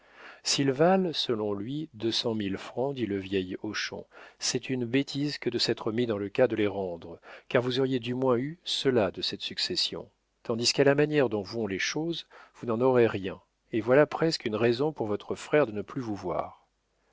s'ils valent selon lui deux cent mille francs dit le vieil hochon c'est une bêtise que de s'être mis dans le cas de les rendre car vous auriez du moins eu cela de cette succession tandis qu'à la manière dont vont les choses vous n'en aurez rien et voilà presque une raison pour votre frère de ne plus vous voir